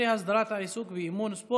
הצעת חוק הספורט (תיקון מס' 16) (הסדרת העיסוק באימון ספורט),